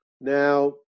Now